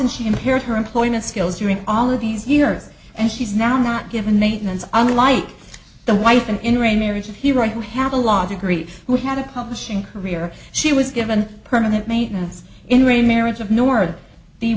and she impaired her employment skills during all of these years and she's now not given maintenance unlike the wife and enter a marriage of the right to have a law degree who had a publishing career she was given permanent maintenance in remarriage of nord the